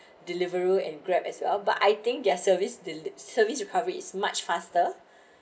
deliveroo and grab as well but I think their service the service recovery is much faster